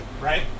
Right